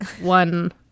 one